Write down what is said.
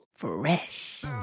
fresh